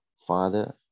Father